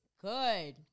good